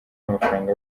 amafaranga